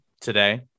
today